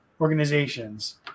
organizations